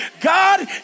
God